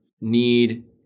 need